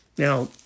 Now